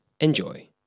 enjoy